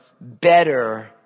better